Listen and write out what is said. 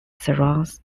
surrounds